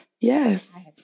Yes